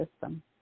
system